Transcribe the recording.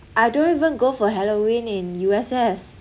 I don't even go for halloween in U_S_S